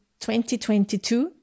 2022